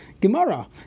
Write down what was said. Gemara